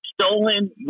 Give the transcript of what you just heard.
stolen